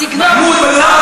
סגנון.